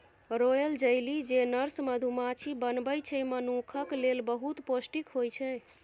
royal jelly जे nurse मधुमाछी बनबै छै मनुखक लेल बहुत पौष्टिक होइ छै